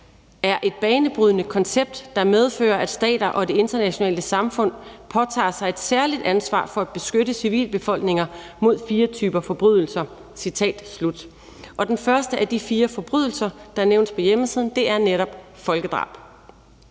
er et banebrydende koncept, der medfører, at stater og det internationale samfund påtager sig et særligt ansvar for at beskytte civilbefolkninger mod fire typer forbrydelser«. Den første af de fire forbrydelser, der nævnes på hjemmesiden, er netop folkedrab.